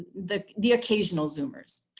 the the occasional zoomers.